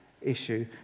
issue